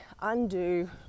undo